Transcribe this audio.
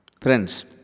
Friends